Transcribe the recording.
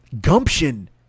gumption